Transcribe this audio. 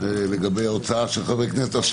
לגבי הוצאת חברי כנסת מדיון בוועדה.